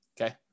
Okay